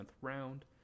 round